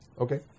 Okay